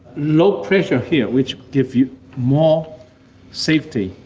low pressure here, which give you more safety.